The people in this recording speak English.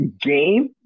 game